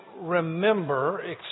remember